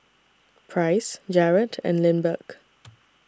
Price Jarad and Lindbergh